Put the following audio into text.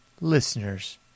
listeners